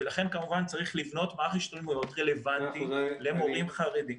לכן כמובן צריך לבנות מערך השתלמויות רלוונטי למורים חרדים.